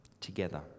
together